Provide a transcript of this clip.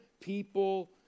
people